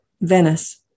Venice